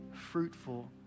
fruitful